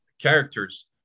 characters